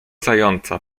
zająca